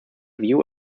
view